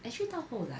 actually 到后来